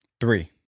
Three